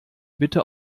bitte